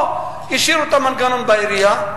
פה השאירו את המנגנון בעירייה,